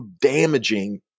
damaging